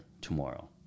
tomorrow